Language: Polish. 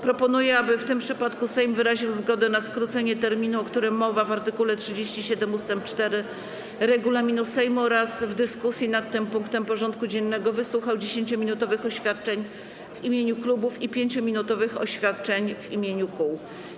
Proponuję, aby w tym przypadku Sejm wyraził zgodę na skrócenie terminu, o którym mowa w art. 37 ust. 4 regulaminu Sejmu, oraz w dyskusji nad tym punktem porządku dziennego wysłuchał 10-minutowych oświadczeń w imieniu klubów i 5-minutowych oświadczeń w imieniu kół.